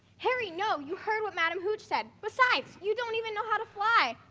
harry, no, you heard what madame hooch said. besides, you don't even know how to fly.